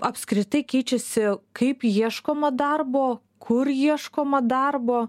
apskritai keičiasi kaip ieškoma darbo kur ieškoma darbo